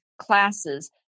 classes